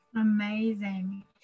amazing